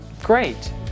Great